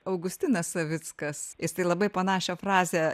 augustinas savickas jis tai labai panašią frazę